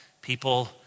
people